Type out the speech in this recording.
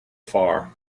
far